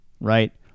right